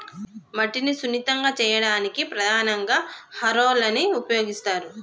మట్టిని సున్నితంగా చేయడానికి ప్రధానంగా హారోలని ఉపయోగిస్తరు